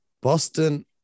Boston